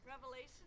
Revelation